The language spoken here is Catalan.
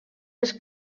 les